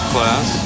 Class